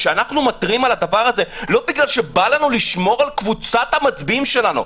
אנחנו מתריעים על הדבר הזה לא כי בא לנו לשמור על קבוצת המצביעים שלנו.